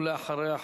ולאחריה,